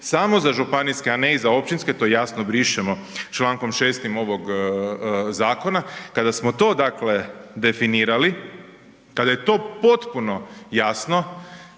samo za županijske a ne i za općinske, to jasno brišemo člankom 6.-tim ovog zakona. Kada smo to dakle definirali, kada je to potpuno jasno,